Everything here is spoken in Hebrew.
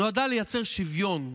נועדה לייצר שוויון.